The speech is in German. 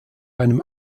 einem